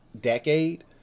decade